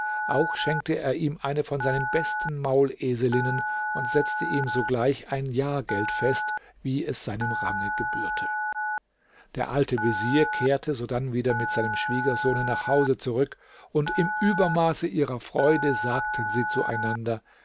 auch schenkte er ihm eine von seinen besten mauleselinnen und setzte ihm sogleich ein jahrgeld fest wie es seinem range gebührte der alte vezier kehrte sodann wieder mit seinem schwiegersohne nach hause zurück und im übermaße ihrer freude sagten sie zueinander